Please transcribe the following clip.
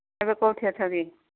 ଏବେ କେଉଁଠି ଅଛ କି